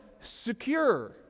secure